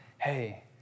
hey